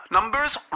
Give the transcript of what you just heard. Numbers